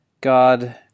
God